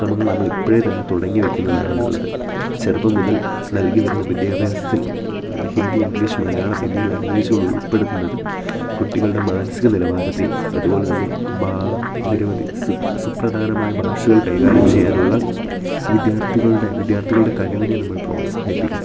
ശ്രമങ്ങൾ നമ്മളിപ്പോഴേ തന്നെ തുടങ്ങി വെക്കുന്നതാണ് നല്ലത് ചെറുപ്പം മുതൽ നൽകി വരുന്ന വിദ്യാഭ്യാസത്തിൽ ഹിന്ദി ഇംഗ്ലീഷ് മലയാളം എന്നീ ലാംഗ്വേജുകളുൾപ്പെടുന്നത് കുട്ടികളുടെ മാനസിക നിലവാരത്തെയും അതു പോലെ തന്നെ ഭാ നിരവധി സു സുപ്രധാനമായ ഭാഷകൾ കൈകാര്യം ചെയ്യാനുള്ള വിദ്യാർത്ഥികളുടെ വിദ്യാർത്ഥികളുടെ കഴിവിനെ നമ്മൾ പ്രോത്സാഹിപ്പിക്കുന്നു